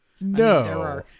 No